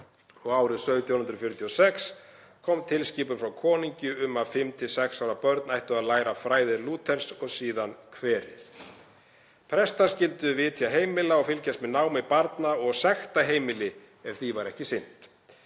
Árið 1746 kom tilskipun frá konungi um að fimm til sex ára börn ættu að læra fræði Lúthers og síðar kverið. Prestar skyldu vitja heimila og fylgjast með námi barna og sekta heimili ef því var ekki sinnt.